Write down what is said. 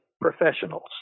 professionals